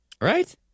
Right